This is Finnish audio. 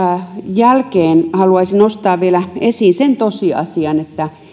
jälkeen haluaisin vielä nostaa esiin sen tosiasian että